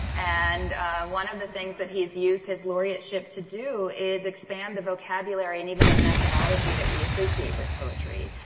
and one of the things that he's used his laureateship to do is expand the vocabulary and even the methodology that we associate with poetry.